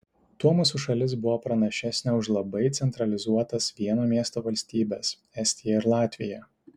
tuo mūsų šalis buvo pranašesnė už labai centralizuotas vieno miesto valstybes estiją ir latviją